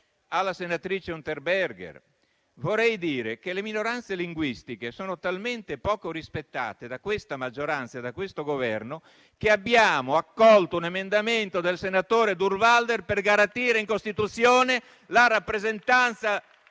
alla senatrice Unterberger. Vorrei dire che le minoranze linguistiche sono talmente poco rispettate da questa maggioranza e da questo Governo che abbiamo accolto un emendamento del senatore Durnwalder per garantire in Costituzione la rappresentanza